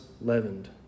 leavened